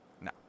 No